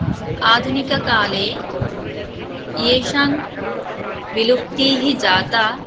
आधुनिककाले येषां विलुप्तिः जाता